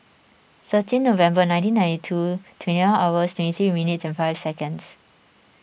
thirteen November nineteen ninety two twenty one hours twenty three minutes and five seconds